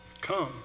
come